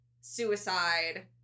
suicide